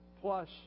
plus